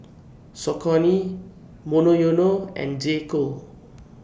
Saucony Monoyono and J Co